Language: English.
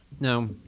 Now